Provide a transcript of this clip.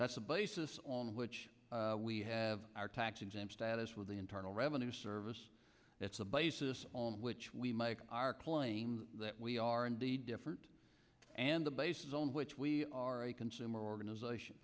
that's the basis on which we have our tax exempt status with the internal revenue service that's the basis on which we make our claims that we are indeed different and the basis on which we are a consumer organization